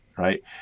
Right